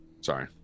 Sorry